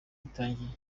bitangiye